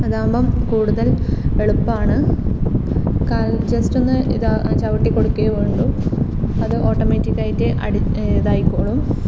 അതാകുമ്പം കൂടുതൽ എളുപ്പമാണ് കാൽ ജസ്റ്റൊന്ന് ഇതാ ചവിട്ടി കൊടുക്കുകയേ വേണ്ടൂ അത് ഓട്ടോമാറ്റിക്കായിട്ട് അടി ഇതായിക്കോളും